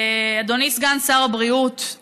אדוני סגן שר הבריאות,